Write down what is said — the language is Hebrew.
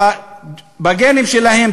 בגנים שלהם,